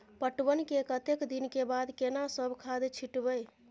पटवन के कतेक दिन के बाद केना सब खाद छिटबै?